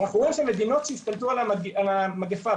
אנחנו רואים שמדינות שהשתלטו על המגפה,